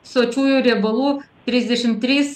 sočiųjų riebalų trisdešim trys